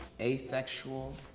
Asexual